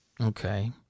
Okay